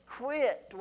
quit